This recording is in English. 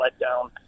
letdown